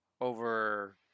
over